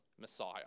Messiah